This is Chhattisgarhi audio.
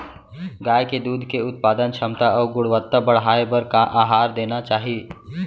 गाय के दूध के उत्पादन क्षमता अऊ गुणवत्ता बढ़ाये बर का आहार देना चाही?